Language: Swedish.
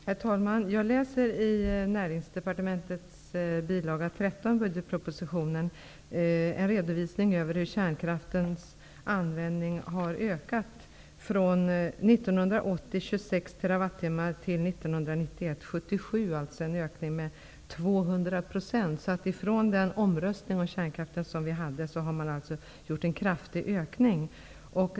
Herr talman! Jag läser i Näringsdepartementets bil. 13 till budgetpropositionen en redovisning över hur kärnkraftens användning har ökat från 1980, då det var 26 TWh, till 1991, då det var 77, alltså en ökning med 200 %. Från den omröstning om kärnkraften som vi hade har man alltså gjort en kraftig ökning.